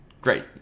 Great